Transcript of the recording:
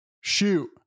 shoot